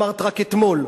אמרת רק אתמול?